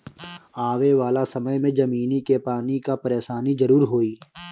आवे वाला समय में जमीनी के पानी कअ परेशानी जरूर होई